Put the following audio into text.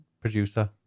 Producer